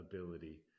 ability